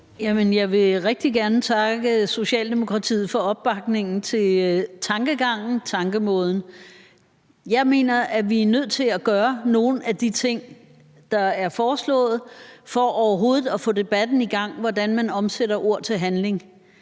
Jeg vil rigtig gerne takke Socialdemokratiet for opbakningen til tankegangen, tankemåden. Jeg mener, at vi er nødt til at gøre nogle af de ting, der er foreslået, for overhovedet at få debatten om, hvordan man omsætter ord til handling,